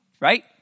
Right